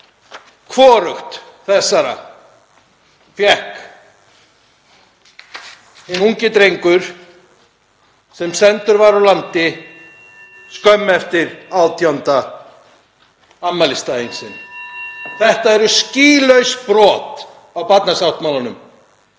Hvorugt fékk hinn ungi drengur sem sendur var úr landi skömmu eftir átjánda afmælisdaginn sinn. Þetta eru skýlaust brot á barnasáttmálanum.